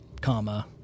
comma